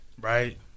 right